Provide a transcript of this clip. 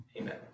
Amen